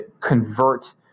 convert